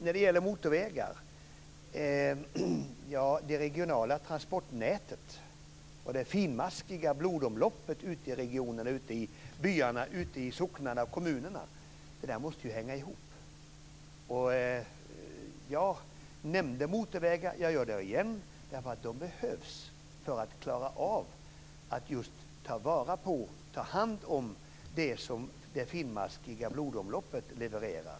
När det gäller motorvägar, Ewa Larsson, är det så att det regionala transportnätet och det finmaskiga blodomloppet ute i regionerna, i byarna, socknarna och kommunerna, måste hänga ihop. Jag nämnde motorvägar, och jag gör det igen, för de behövs för att klara av att just ta hand om det som det finmaskiga blodomloppet levererar.